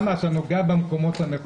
אוסאמה, אתה נוגע במקומות הנכונים.